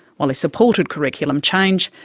while he supported curriculum change,